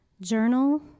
journal